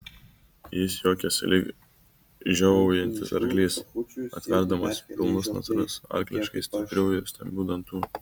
jis juokėsi lyg žiovaujantis arklys atverdamas pilnus nasrus arkliškai stiprių ir stambių dantų